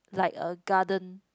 like a garden